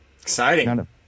Exciting